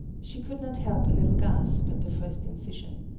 she could not help a little gasp at the first incision.